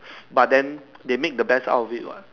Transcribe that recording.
but then they make best out of it what